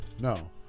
No